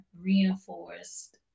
reinforced